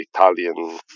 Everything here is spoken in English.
Italian